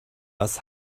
was